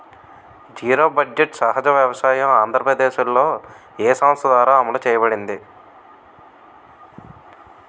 Zero budget సహజ వ్యవసాయం ఆంధ్రప్రదేశ్లో, ఏ సంస్థ ద్వారా అమలు చేయబడింది?